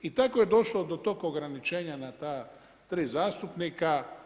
I tako je došlo do tog ograničenja na ta tri zastupnika.